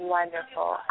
Wonderful